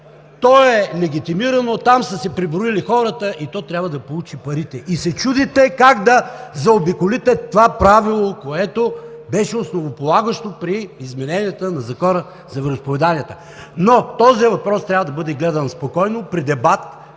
е легитимирано, там са си преброили хората и то трябва да получи парите, и се чудите как да заобиколите това правило, което беше основополагащо при измененията на Закона за вероизповеданията. Но този въпрос трябва да бъде гледан спокойно и при дебат,